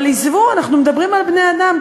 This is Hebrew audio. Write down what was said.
אבל עזבו, אנחנו מדברים על בני-אדם.